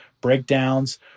breakdowns